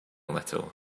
little